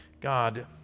God